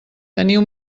teniu